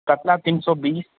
कतला तीन सए बीस